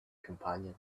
companion